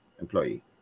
employee